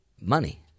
money